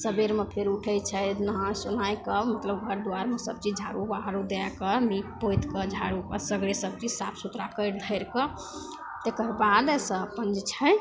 सबेरमे फेर उठै छै नहै सोनैके फेर मतलब घर दुआरमे सबचीज झाड़ू बहारू दैके नीपि पोतिके झाड़ू सगरे सबचीज साफ सुथरा करि धरिके तकर बाद से अपन जे छै